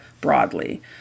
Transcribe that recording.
broadly